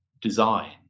design